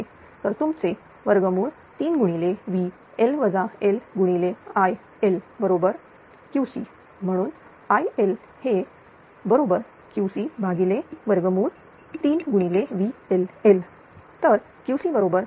तर तुमचे 3VL L IL बरोबरQC म्हणूनIL हे बरोबर QC3VL L तरQC बरोबर 168